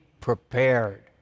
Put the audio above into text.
prepared